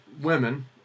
women